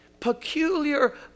Peculiar